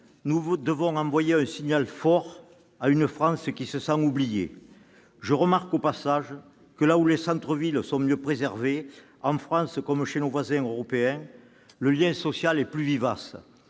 nous devons envoyer un signal fort à une France qui se sent oubliée. Je remarque au passage que, là où les centres-villes sont le mieux préservés, en France comme chez nos voisins européens, le lien social est plus vivace,